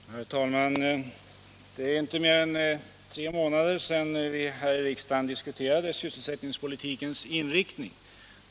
Herr talman! Det är inte mer än tre månader sedan vi här i riksdagen diskuterade sysselsättningspolitikens inriktning.